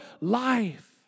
life